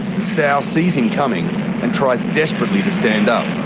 sow sees him coming and tries desperately to stand up.